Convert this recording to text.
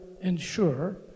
ensure